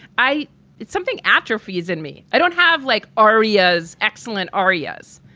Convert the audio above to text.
i it's something atrophies in me. i don't have like arias. excellent arias,